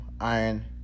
iron